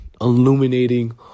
illuminating